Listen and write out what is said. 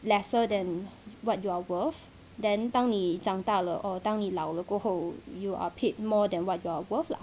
lesser than what you're worth then 当你长大了 or 当你老了过后 you are paid more than what you're worth lah